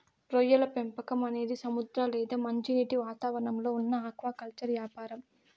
రొయ్యల పెంపకం అనేది సముద్ర లేదా మంచినీటి వాతావరణంలో ఉన్న ఆక్వాకల్చర్ యాపారం